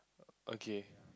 okay